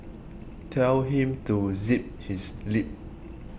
tell him to zip his lip